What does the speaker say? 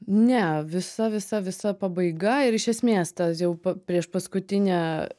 ne visa visa visa pabaiga ir iš esmės ta jau pa priešpaskutinė